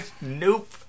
Nope